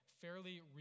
fairly